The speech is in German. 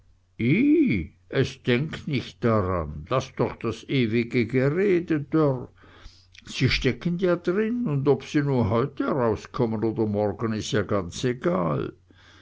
es denkt nich dran laß doch das ewige gerede dörr sie stecken ja drin un ob sie nu heute rauskommen oder morgen is ja ganz egal